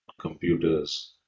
computers